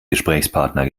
gesprächspartner